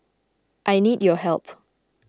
I need your help